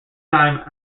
time